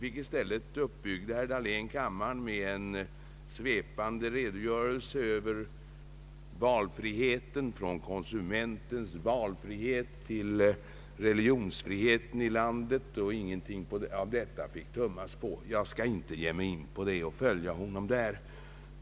I stället uppbyggde herr Dahlén kammaren med en svepande re dogörelse över valfriheten här i landet, från konsumentens valfrihet till religionsfriheten, och ingenting av detta fick tummas på. Jag skall inte följa honom där.